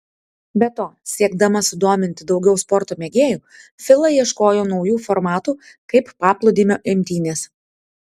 be to siekdama sudominti daugiau sporto mėgėjų fila ieškojo naujų formatų kaip paplūdimio imtynės